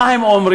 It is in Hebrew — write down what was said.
מה הם אומרים?